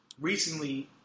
Recently